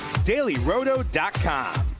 dailyroto.com